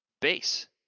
base